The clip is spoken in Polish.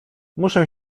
muszę